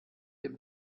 den